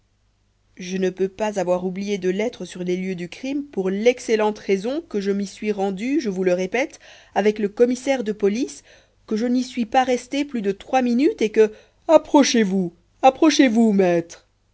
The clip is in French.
je ne peux pas avoir oublié de lettre sur les lieux du crime pour l'excellente raison que je m'y suis rendu je vous le répète avec le commissaire de police que je n'y suis pas resté plus de trois minutes et que approchez-vous approchez-vous maître